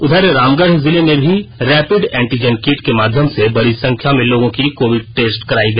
उधर रामगढ़ जिले में भी रैपिड एंटीजन किट के माध्यम से बड़ी संख्या में लोगों की कोविड टेस्ट किया गया